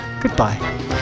goodbye